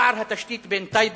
פער התשתית בין טייבה